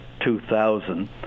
2000